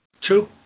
True